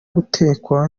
gutekwa